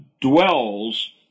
dwells